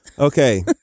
Okay